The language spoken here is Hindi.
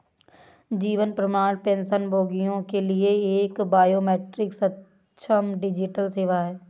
जीवन प्रमाण पेंशनभोगियों के लिए एक बायोमेट्रिक सक्षम डिजिटल सेवा है